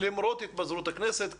למרות התפזרות הכנסת,